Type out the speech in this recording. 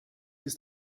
ist